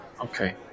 Okay